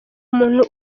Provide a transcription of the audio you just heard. umuntu